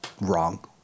wrong